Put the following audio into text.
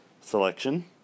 selection